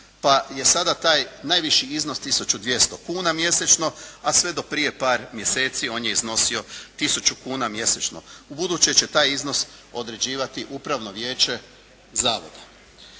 Pa je sada taj najviši iznos 1200 kuna mjesečno a sve do prije par mjeseci on je iznosio 1000 kuna mjesečno. Ubuduće će taj iznos određivati upravno vijeće zavoda.